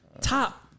Top